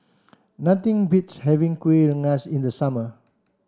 nothing beats having Kuih Rengas in the summer